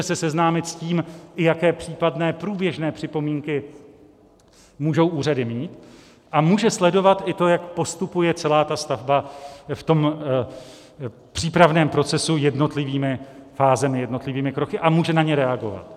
Může se seznámit s tím, i jaké případné průběžné připomínky můžou úřady mít, a může sledovat i to, jak postupuje celá stavba v tom přípravném procesu jednotlivými fázemi, jednotlivými kroky, a může na ně reagovat.